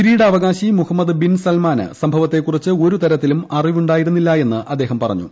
കിരീടാവകാശി Mohammed bin സൽമാന് സംഭവത്തെക്കുറിച്ച് ഒരു തരത്തിലും അറിവുണ്ടായിരുന്നില്ലായെന്ന് അദ്ദേഹം പറഞ്ഞു